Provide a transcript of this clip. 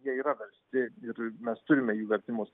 jie yra versti ir mes turime jų vertimus